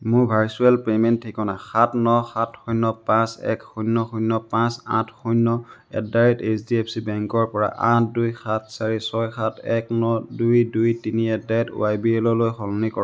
মোৰ virtual payment ঠিকনা সাত ন সাত শূণ্য পাঁচ এক শূণ্য শূণ্য পাঁচ আঠ শূণ্য at the rate H D F C বেংকৰ পৰা আঠ দুই সাত চাৰি ছয় সাত এক ন দুই দুই তিনি at the rate Y B এললৈ সলনি কৰক